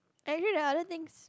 actually there are other things